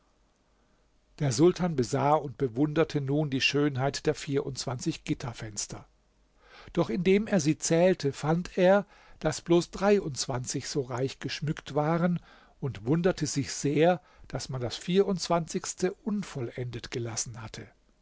der sultan besah und bewunderte nun die schönheit der vierundzwanzig gitterfenster doch indem er sie zählte fand er daß bloß dreiundzwanzig so reich geschmückt waren und wunderte sich sehr daß man das vierundzwanzigste unvollendet gelassen hatte